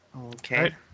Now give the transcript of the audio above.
Okay